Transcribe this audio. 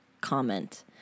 comment